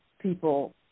people